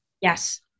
Yes